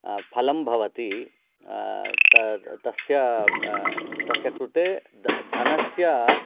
फलं भवति त तस्य तस्य कृते द धनस्य